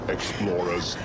Explorers